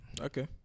Okay